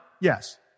yes